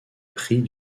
pris